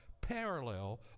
parallel